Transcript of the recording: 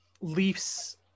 Leafs